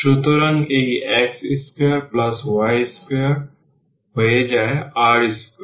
সুতরাং এই x2y2 হয়ে যায় r2